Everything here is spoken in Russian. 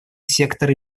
сектора